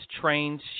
trains